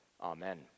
Amen